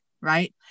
right